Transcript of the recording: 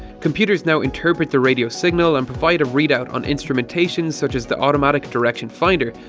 computers now interpret the radio signal and provide a read out on instrumentation such as the automatic direction finder,